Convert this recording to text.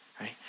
right